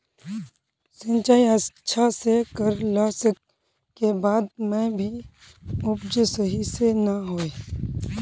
सिंचाई अच्छा से कर ला के बाद में भी उपज सही से ना होय?